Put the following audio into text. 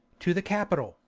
to the capitol,